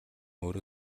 өөрөө